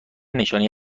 نشانهای